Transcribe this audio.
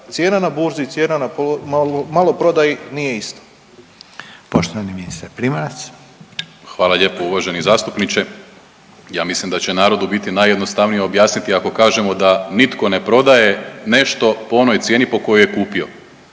cijena na burzi i cijena u maloprodaji nije ista. **Reiner, Željko (HDZ)** Poštovani ministar Primorac. **Primorac, Marko** Hvala lijepo uvaženi zastupniče. Ja mislim da će narodu biti najjednostavnije objasniti ako kažemo da nitko ne prodaje nešto po onoj cijeni po kojoj je kupio,